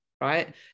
right